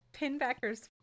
Pinbacker's